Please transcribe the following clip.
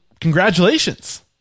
congratulations